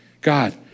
God